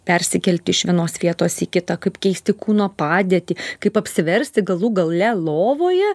persikelti iš vienos vietos į kitą kaip keisti kūno padėtį kaip apsiversti galų gale lovoje